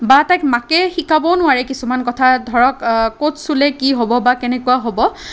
বা তাইক মাকে শিকাবও নোৱাৰে কিছুমান কথা ধৰক ক'ত চুলে কি হ'ব বা কেনেকুৱা হ'ব